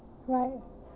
right